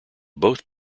both